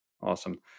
Awesome